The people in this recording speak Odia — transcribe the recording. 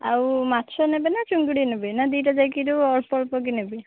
ଆଉ ମାଛ ନେବେ ନା ଚୁଙ୍ଗୁଡ଼ି ନେବେ ନା ଦୁଇଟାଯାକରୁ ଅଳ୍ପ ଅଳ୍ପକି ନେବେ